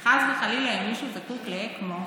שאם חס וחלילה מישהו זקוק לאקמו,